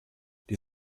die